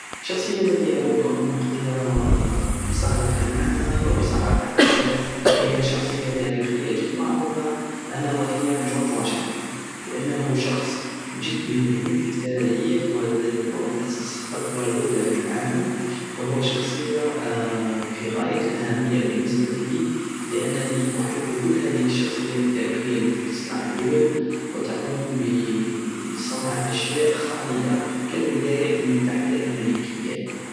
الشخصية التي اود ان اقضية سهرة معها وسهرة عشاء هي شخصية تاريخية جد معروفة انا وهي جورج واشنطن لانه شخص جد مهم في التاريخ ومؤسس اكبر دولة في العالم وهو شخصية في غاية الاهمية بالنسبة لي لانني احب كل هده الشخصيات التاريخية التي تصنع الدول وتقوم بصنع اشياء خالدة كالولايات المتحدة الأميركية